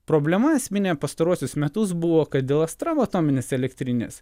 problema esminė pastaruosius metus buvo kad dėl astravo atominės elektrinės